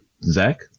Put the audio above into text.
Zach